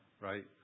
right